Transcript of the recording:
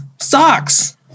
socks